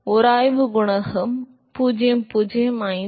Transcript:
எனவே உராய்வு குணகம் 0